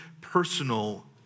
personal